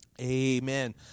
amen